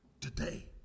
today